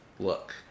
Look